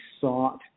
sought